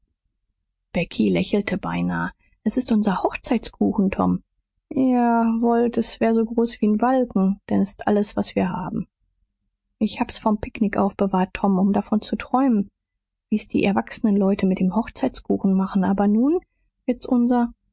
becky lächelte beinahe s ist unser hochzeitskuchen tom ja wollt s wär so groß wie n balken denn s ist alles was wir haben ich hab's vom picknick aufbewahrt tom um davon zu träumen wie s die erwachsenen leute mit dem hochzeitskuchen machen aber nun wird's unser